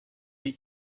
die